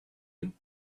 you